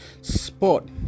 sport